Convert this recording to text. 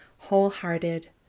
Wholehearted